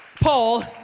Paul